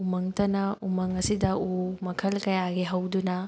ꯎꯃꯪꯇꯅ ꯎꯃꯪ ꯑꯁꯤꯗ ꯎ ꯃꯈꯜ ꯀꯌꯥꯒꯤ ꯍꯧꯗꯨꯅ